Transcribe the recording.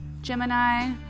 Gemini